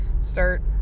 start